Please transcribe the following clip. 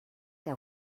der